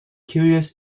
curious